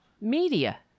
media